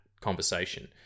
conversation